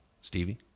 Stevie